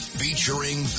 featuring